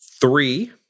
three